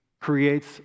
creates